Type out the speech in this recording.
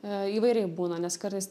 a įvairiai būna nes kartais